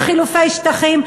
וחילופי שטחים,